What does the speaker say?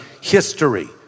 history